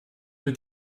wird